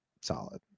solid